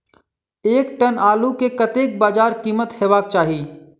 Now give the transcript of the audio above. एक टन आलु केँ कतेक बजार कीमत हेबाक चाहि?